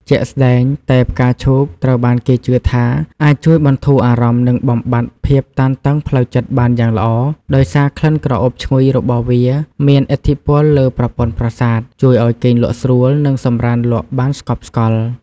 ជាក់ស្ដែង តែផ្កាឈូកត្រូវបានគេជឿថាអាចជួយបន្ធូរអារម្មណ៍និងបំបាត់ភាពតានតឹងផ្លូវចិត្តបានយ៉ាងល្អ ដោយសារក្លិនក្រអូបឈ្ងុយរបស់វាមានឥទ្ធិពលលើប្រព័ន្ធប្រសាទ ជួយឱ្យគេងលក់ស្រួលនិងសម្រាន្តលក់បានស្កប់ស្កល់។